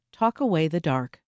talkawaythedark